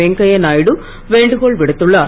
வெங்கய்யா நாயுடு வேண்டுகோள் விடுத்துள்ளார்